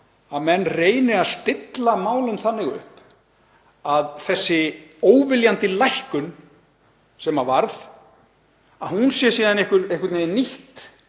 að menn reyni að stilla málum þannig upp að þessi óviljandi lækkun sem varð sé einhvern veginn nýtt